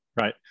Right